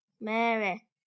Mary